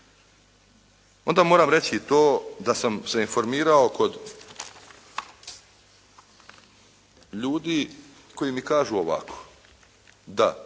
onda moram reći i to da sam se informirao kod ljudi koji mi kažu ovako, da